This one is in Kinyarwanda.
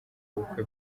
bukwe